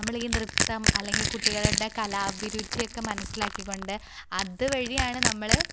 നമ്മൾ ഈ നൃത്തം അല്ലെങ്കിൽ കുട്ടികളുടെ കലാഭിരുചി ഒക്കെ മനസ്സിലാക്കികൊണ്ട് അതുവഴിയാണ് നമ്മള്